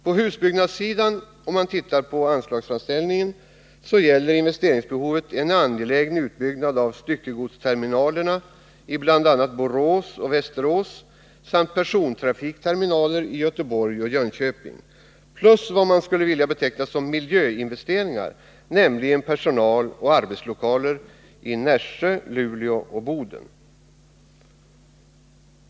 På husbyggnadssidan gäller investeringsbehovet en angelägen utbyggnad av styckegodsterminalerna i bl.a. Borås och Västerås samt persontrafikterminaler i Göteborg och Jönköping plus vad man skulle vilja beteckna som miljöinvesteringar, nämligen personaloch arbetslokaler i Nässjö, Luleå och Boden.